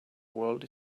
world